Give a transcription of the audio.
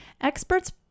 Experts